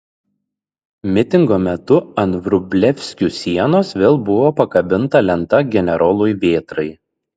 mitingo metu ant vrublevskių sienos vėl buvo pakabinta lenta generolui vėtrai